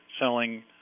selling